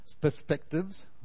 perspectives